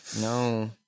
No